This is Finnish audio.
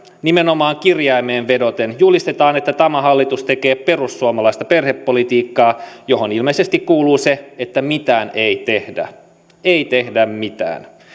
nimenomaan kirjaimeen vedoten julistetaan että tämä hallitus tekee perussuomalaista perhepolitiikkaa johon ilmeisesti kuuluu se että mitään ei tehdä ei tehdä mitään